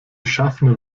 schaffner